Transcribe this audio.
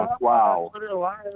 Wow